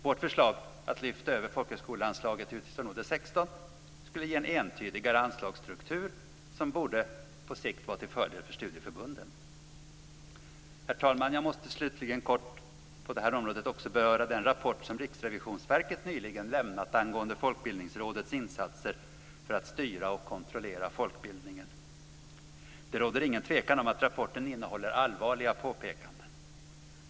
Vårt förslag att lyfta över folkhögskoleanslaget till utgiftsområde 16 skulle ge en entydigare anslagsstruktur som på sikt borde vara till fördel för studieförbunden. Herr talman! Jag måste slutligen kort på detta område beröra den rapport som Riksrevisionsverket nyligen lämnat angående Folkbildningsrådets insatser för att styra och kontrollera folkbildningen. Det råder ingen tvekan om att rapporten innehåller allvarliga påpekanden.